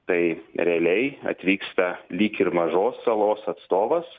tai realiai atvyksta lyg ir mažos salos atstovas